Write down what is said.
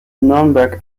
nürnberg